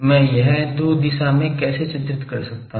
मैं यह दो दिशा में कैसे चित्रित कर सकता हूँ